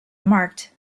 marked